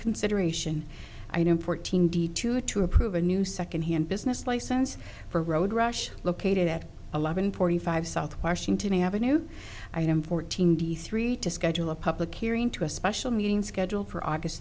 consideration i know fourteen d two to approve a new second hand business license for road rush located at eleven forty five south washington avenue i am fourteen d three to schedule a public hearing to a special meeting scheduled for august